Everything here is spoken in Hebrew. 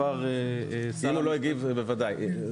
אם הוא לא הגיב, בוודאי.